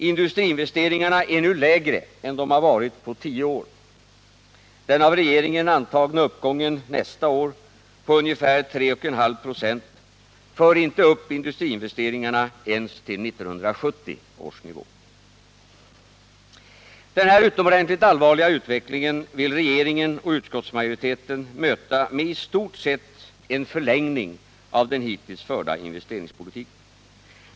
Industriinvesteringarna är nu lägre än de varit på tio år. Den av regeringen antagna uppgången nästa år på ungefär 3,5 96 för inte upp industriinvesteringarna ens till 1970 års nivå. Denna utomordentligt allvarliga utveckling vill regeringen och utskottsmajoriteten möta med i stort sett en förlängning av den hittills förda investeringspolitiken.